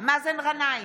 מאזן גנאים,